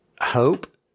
hope